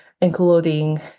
including